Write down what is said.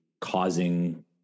causing